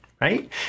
right